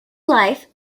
life